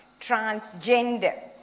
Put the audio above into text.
transgender